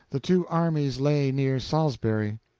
the two armies lay near salisbury.